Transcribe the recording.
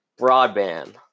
Broadband